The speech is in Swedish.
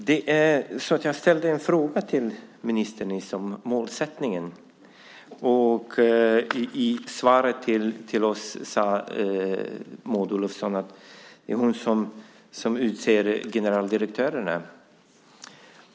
Herr talman! Jag ställde en fråga till ministern om målsättningen. I svaret till oss sade Maud Olofsson att hon utser generaldirektörer.